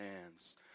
hands